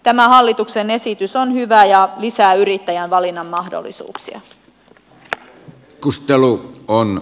tämä hallituksen esitys on hyvä ja lisää yrittäjän valinnanmahdollisuuksia